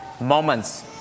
moments